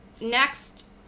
next